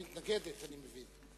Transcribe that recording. הממשלה מתנגדת, אני מבין.